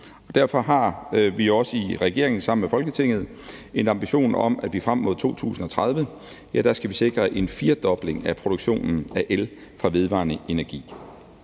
Derfor har vi også i regeringen sammen med Folketinget en ambition om, at vi frem mod 2030 skal sikre en firdobling af produktionen af el fra vedvarende energi.